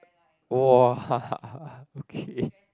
!wah! okay